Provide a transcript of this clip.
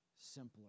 simpler